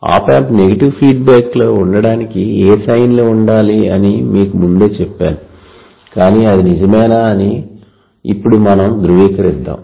ఆప్ amp negative feedback లో ఉండడానికి ఏ సైన్ లు ఉండాలి అని మీకు ముందే చెప్పాను కానీ అది నిజమేనా అని ఇప్పుడు మనం ధృవీకరిద్దాం